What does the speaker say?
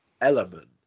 element